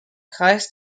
kreis